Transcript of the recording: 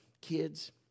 kids